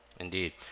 Indeed